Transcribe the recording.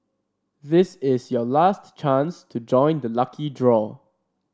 this is your last chance to join the lucky draw